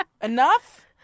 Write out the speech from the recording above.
Enough